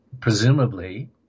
presumably